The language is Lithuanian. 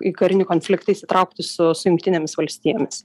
į karinį konfliktą įsitraukti su su jungtinėmis valstijomis